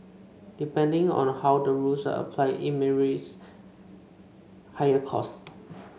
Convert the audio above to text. depending on how the rules are applied it may race higher cost